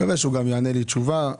מקווה שיענה לי תשובה,